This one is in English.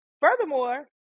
Furthermore